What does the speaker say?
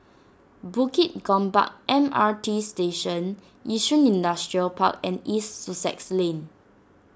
Bukit Gombak M R T Station Yishun Industrial Park and East Sussex Lane